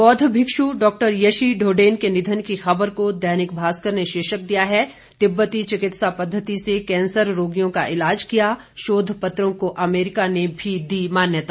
बौद्ध मिक्ष् डॉ यशी ढोंडेन के निधन की खबर को दैनिक भास्कर ने शीर्षक दिया है तिब्बती चिकित्सा पद्धति से कैंसर रोगियों का इलाज किया शोध पत्रों को अमरिका ने भी दी मान्यता